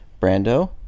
Brando